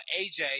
AJ